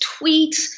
tweets